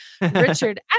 richard